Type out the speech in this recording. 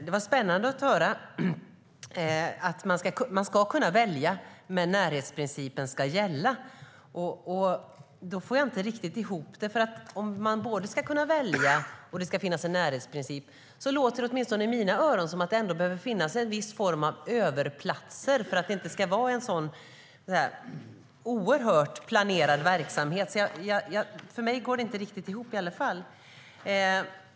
Det var spännande att höra att man ska kunna välja men att närhetsprincipen ska gälla. Jag får det inte riktigt att gå ihop. Om man både ska kunna välja och det ska finnas en närhetsprincip låter det, åtminstone i mina öron, som att det behöver finnas ett antal överplatser för att verksamheten inte ska behöva vara så oerhört planerad. För mig går det inte riktigt ihop.